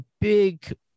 big